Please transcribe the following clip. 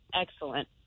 Excellent